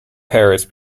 paris